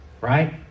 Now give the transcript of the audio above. right